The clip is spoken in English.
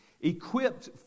Equipped